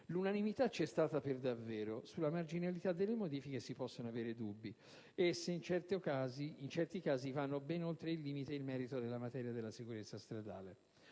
L'unanimità c'è stata per davvero; sulla marginalità delle modifiche si possono avere dubbi. Esse, in certi casi, vanno ben oltre il limite ed il merito della materia della sicurezza stradale.